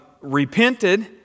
repented